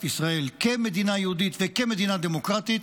ישראל כמדינה יהודית וכמדינה דמוקרטית